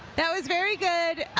that was very good.